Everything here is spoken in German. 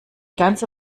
ganze